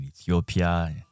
Ethiopia